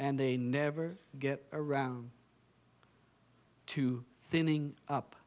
and they never get around to thinning up